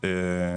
בלשון המעטה,